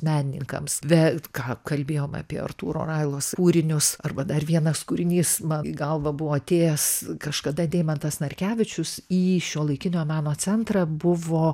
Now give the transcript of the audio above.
menininkams bet ką kalbėjom apie artūro railos kūrinius arba dar vienas kūrinys man į galvą buvo atėjęs kažkada deimantas narkevičius į šiuolaikinio meno centrą buvo